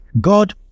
God